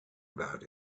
about